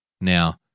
now